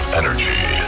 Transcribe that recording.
energy